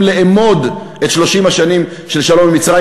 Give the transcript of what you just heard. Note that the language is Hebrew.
לאמוד את ערך 30 השנים של שלום עם מצרים.